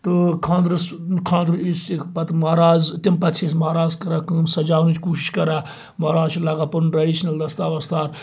تہٕ خانٛدرَس خانٛدَر یُس یہِ پَتہٕ مَہراز تمہِ پَتہٕ چھِ أسۍ مَہراز کَران کٲم سَجاونٕچ کوشِش کَران مہراز چھُ لاگان پَنُن ٹرٛیٚڈِشنَل دَستار وَستار